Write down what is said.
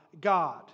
God